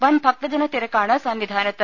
വൻ ഭക്തജനതിരക്കാണ് സന്നിധാനത്ത്